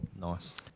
Nice